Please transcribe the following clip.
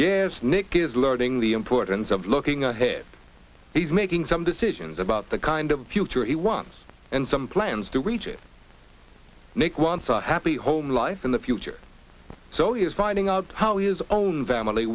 yes nick is learning the importance of looking ahead he's making some decisions about the kind of future he wants and some plans to reach it make one side happy home life in the future so he is finding out how his own family